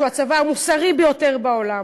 שהוא הצבא המוסרי ביותר בעולם,